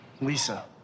Lisa